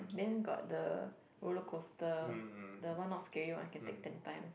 then got the roller coaster the one not scary one I can take ten times